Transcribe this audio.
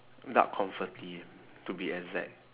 duck confit to be exact